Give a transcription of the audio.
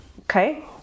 Okay